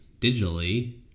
digitally